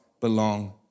belong